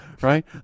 Right